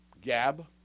gab